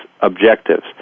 objectives